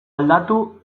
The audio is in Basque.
aldatu